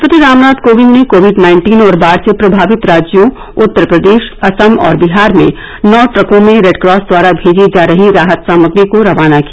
राष्ट्रपति रामनाथ कोविंद ने covid nineteen और बाढ से प्रभावित राज्यों उत्तर प्रदेश असम और बिहार में नौ ट्रकों में रेडक्रॉस द्वारा भेजी जा रही राहत सामग्री को रवाना किया